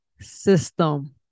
system